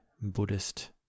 Buddhist